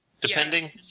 depending